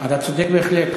אם זה יעזור לך.